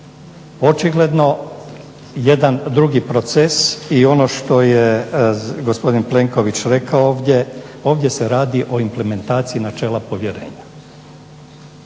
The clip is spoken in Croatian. Očigledno jedan drugi proces i ono što je gospodin Plenković rekao ovdje, ovdje se radi o implementaciji načela povjerenja.